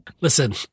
listen